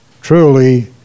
truly